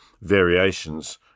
variations